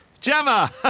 Gemma